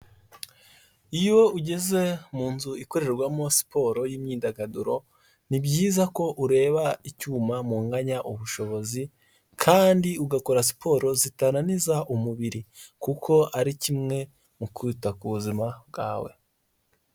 Iyo ugeze mu nzu ikorerwamo siporo y'imyidagaduro ni byiza ko ureba icyuma munganya ubushobozi kandi ugakora siporo zitananiza umubiri kuko ari kimwe mu kwita ku buzima bwawe,